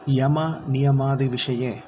यमनियमादिविषये